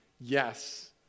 Yes